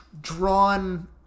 drawn